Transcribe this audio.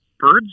birds